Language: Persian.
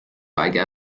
اگر